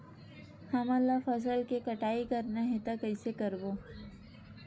हमन ला फसल के कटाई करना हे त कइसे करबो?